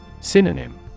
Synonym